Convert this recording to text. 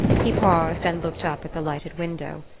he paused and looked up at the lighted window.